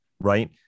Right